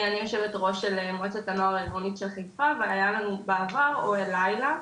אני יושבת ראש של מועצת הנוער העירוני של חיפה והיה לנו בעבר אוהל לילה,